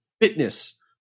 Fitness